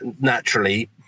naturally